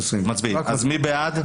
מי בעד?